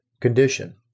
condition